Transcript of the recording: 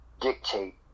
dictate